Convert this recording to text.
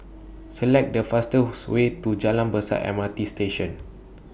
Select The fastest Way to Jalan Besar M R T Station